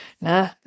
nah